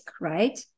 right